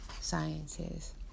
sciences